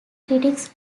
critics